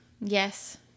Yes